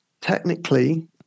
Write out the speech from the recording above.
Technically